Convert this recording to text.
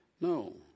No